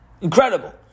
Incredible